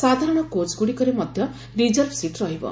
ସାଧାରଣ କୋଚ୍ଗୁଡ଼ିକରେ ମଧ୍ୟ ରିଜର୍ଭ ସିଟ୍ ରହିବ